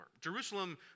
Jerusalem